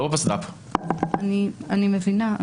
אני מבינה.